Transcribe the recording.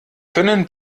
können